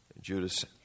Judas